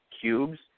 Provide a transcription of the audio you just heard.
cubes